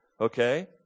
Okay